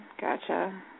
gotcha